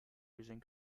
using